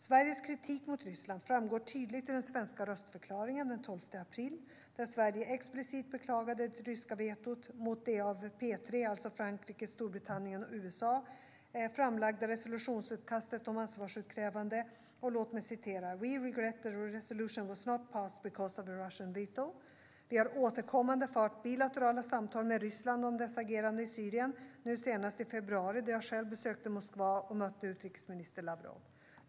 Sveriges kritik mot Ryssland framgår tydligt i den svenska röstförklaringen den 12 april, där Sverige explicit beklagade det ryska vetot mot det av P3 framlagda resolutionsutkastet om ansvarsutkrävande. Låt mig citera: "We regret that a resolution was not passed because of a Russian veto." Vi har återkommande fört bilaterala samtal med Ryssland om dess agerande i Syrien, nu senast i februari då jag själv besökte Moskva och mötte utrikesminister Lavrov.